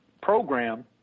program